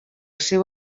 seu